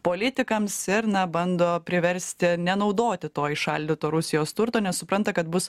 politikams ir na bando priversti nenaudoti to įšaldyto rusijos turto nes supranta kad bus